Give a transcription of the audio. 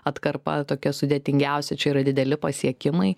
atkarpa tokia sudėtingiausia čia yra dideli pasiekimai